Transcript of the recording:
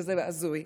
שזה הזוי.